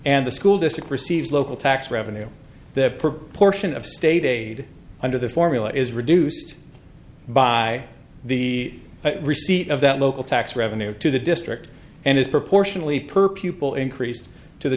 and the school district receives local tax revenue the proportion of state aid under the formula is reduced by the receipt of that local tax revenue to the district and is proportionally per pupil increased to the